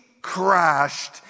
crashed